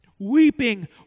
Weeping